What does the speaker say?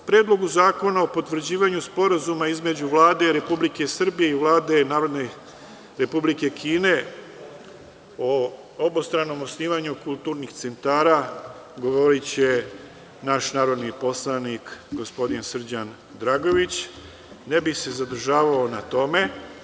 O Predlogu zakona o potvrđivanju Sporazuma između Vlade Republike Srbije i Vlade Narodne Republike Kine o obostranom osnivanju kulturnih centara govoriće naš narodni poslanik, gospodin Srđan Dragojević, tako da se ne bih zadržavao na tome.